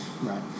Right